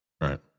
Right